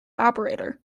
operator